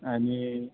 आणि